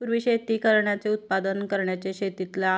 पूर्वी शेती करण्याचे उत्पादन करण्याचे शेतीतला